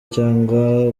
cyangwa